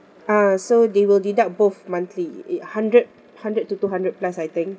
ah so they will deduct both monthly a hundred hundred to two hundred plus I think